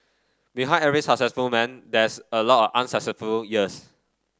behind every successful man there's a lot of unsuccessful years